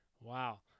Wow